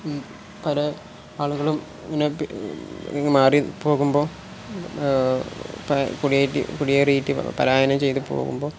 പല ആളുകളും ഇങ്ങനെ മാറി പോകുമ്പോൾ കുടിയേറ്റ കുടിയേറിയിട്ട് പലായനം ചെയ്തു പോകുമ്പോൾ